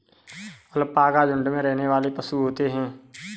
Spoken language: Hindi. अलपाका झुण्ड में रहने वाले पशु होते है